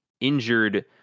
injured